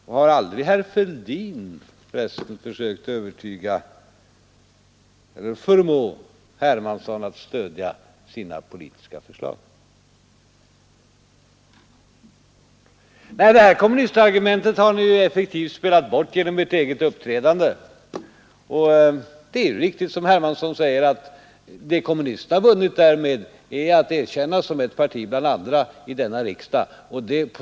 Har förresten aldrig herr Fälldin försökt förmå herr Hermansson att stödja sina politiska förslag? Nej, det här kommunistargumentet har ni effektivt spelat bort genom ert eget uppträdande. Det är riktigt som herr Hermansson säger att det som kommunisterna vunnit därmed är att erkännas som ett parti bland andra i denna riksdag.